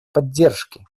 поддержки